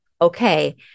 okay